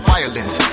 Violence